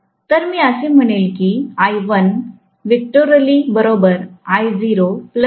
तर मी असे म्हणेल की I1 वेक्टोरली बरोबरआहे